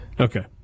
Okay